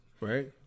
right